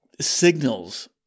signals